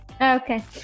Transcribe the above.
Okay